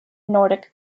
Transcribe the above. nordic